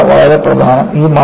അതാണ് വളരെ പ്രധാനം